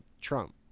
Trump